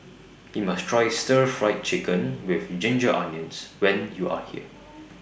YOU must Try Stir Fried Chicken with Ginger Onions when YOU Are here